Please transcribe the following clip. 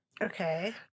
okay